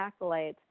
accolades